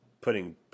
putting